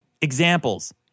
Examples